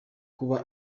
kuba